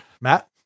Matt